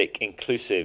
inclusive